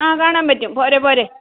ആ കാണാൻ പറ്റും പോരെ പോര്